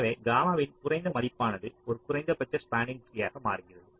எனவே காமாவின் குறைந்த மதிப்பானது ஒரு குறைந்தபட்ச ஸ்பாண்ணிங் ட்ரீயாக மாறுகிறது